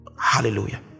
hallelujah